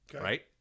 right